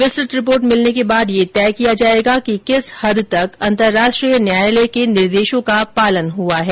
विस्तृत रिपोर्ट मिलने के बाद यह तय किया जाएगा कि किस हद तक अंतरराष्ट्रीय न्यायालय के निर्देशों का पालन हुआ है